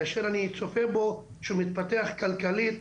כאשר אני צופה שהוא מתפתח כלכלית